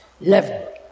level